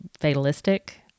fatalistic